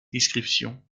descriptions